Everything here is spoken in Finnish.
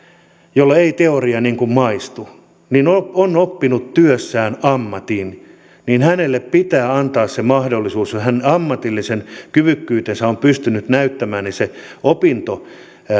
jolle ei teoria maistu on oppinut työssään ammatin niin hänelle pitää antaa se mahdollisuus jos hän ammatillisen kyvykkyytensä on pystynyt näyttämään että se